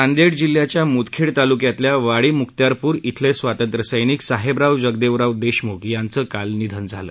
नांदेड जिल्ह्याच्या मुदखेड तालुक्यातल्या वाडी मुक्त्यारपूर श्रिले स्वातंत्र्य सैनिक साहेबराव जगदेवराव देशमुख यांच काल निधन झालं